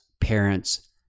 parents